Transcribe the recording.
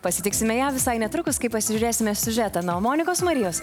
pasitiksime ją visai netrukus kai pasižiūrėsime siužetą nuo monikos marijos